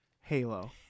Halo